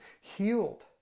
healed